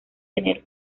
tener